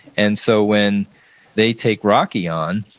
and so when they take rocky on,